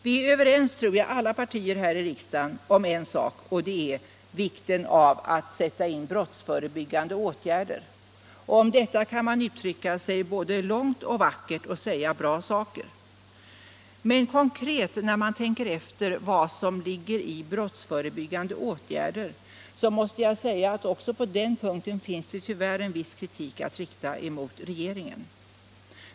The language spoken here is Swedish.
Det finns en sak som alla partier, tror jag, här i riksdagen är överens om, och det är vikten av att sätta in brottsförebyggande åtgärder. Om detta kan man tala både långt och vackert och säga bra saker. Men när man tänker efter vad brottsförebyggande åtgärder konkret innebär finner man att tyvärr också på den punkten en viss kritik kan riktas mot regeringen.